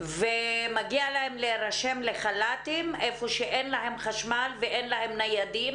ומגיע להם להירשם לחל"ת איפה שאין להם חשמל ואין להם ניידים